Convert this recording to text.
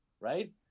right